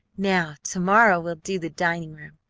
now to-morrow we'll do the dining-room.